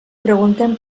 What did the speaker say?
preguntem